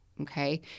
okay